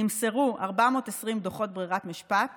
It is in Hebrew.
נמסרו 420 דוחות ברירת משפט